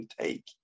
take